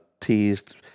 teased